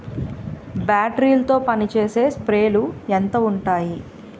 Battery తో పనిచేసే స్ప్రేలు ఎంత ఉంటాయి?